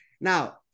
Now